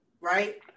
right